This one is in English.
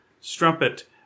strumpet